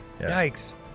Yikes